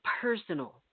personal